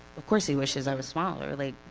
of course he wishes i was smaller, like